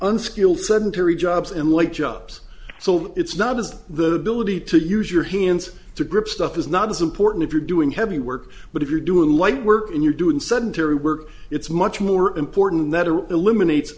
unskilled sedentary jobs and like jobs so it's not as the ability to use your hands to grip stuff is not as important if you're doing heavy work but if you're doing light work and you're doing sedentary work it's much more important than that or eliminates